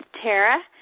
Tara